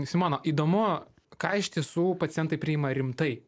simona įdomu ką iš tiesų pacientai priima rimtai